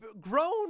grown